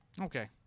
okay